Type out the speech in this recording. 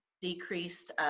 decreased